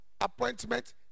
appointment